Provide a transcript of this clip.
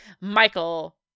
Michael